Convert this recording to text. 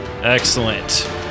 excellent